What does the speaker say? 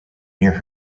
near